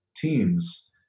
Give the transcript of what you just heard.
teams